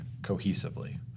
cohesively